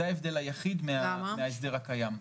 זה ההבדל היחיד מההסדר הקיים.